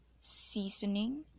seasoning